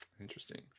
interesting